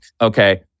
Okay